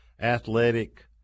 athletic